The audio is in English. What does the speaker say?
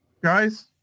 guys